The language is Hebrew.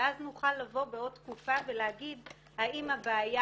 ואז נוכל לבוא בעוד תקופה ולהגיד האם הבעיה